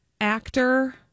actor